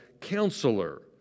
Counselor